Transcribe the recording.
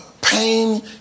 pain